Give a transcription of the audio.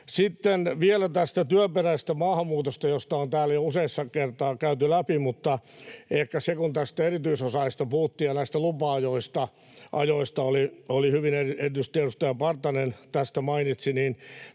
Sitten vielä tästä työperäisestä maahanmuutosta, jota on täällä jo useaan kertaan käyty läpi: Kun näistä erityisosaajista puhuttiin ja näistä lupa-ajoista, erityisesti edustaja Partanen tästä mainitsi, niin